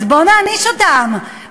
אז בואו נעניש אותם,